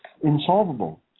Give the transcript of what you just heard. insolvable